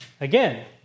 Again